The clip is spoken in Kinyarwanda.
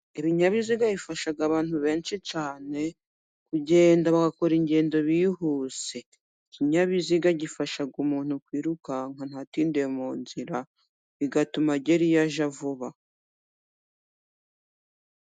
Ibinyabiziga bifasha abantu benshi cyane kugenda, bagakora ingendo bihuse, ikinyabiziga gifasha umuntu kwirukanka ntatinde mu nzira bigatuma agera iyo ajya vuba.